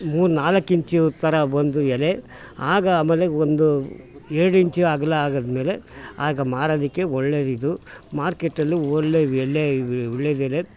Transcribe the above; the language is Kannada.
ಮೂರು ನಾಲ್ಕು ಇಂಚು ಥರ ಬಂದು ಎಲೆ ಆಗ ಆಮೇಲೆ ಒಂದು ಎರಡು ಇಂಚು ಅಗಲ ಆಗಿದ್ಮೇಲೆ ಆಗ ಮಾರೋದಕ್ಕೆ ಒಳ್ಳೆಯದಿದು ಮಾರ್ಕೆಟಲ್ಲೂ ಒಳ್ಳೆಯ ಎಲೆ ವಿಳ್ಯೆದೆಲೆ